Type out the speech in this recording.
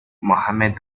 mohamed